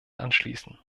anschließen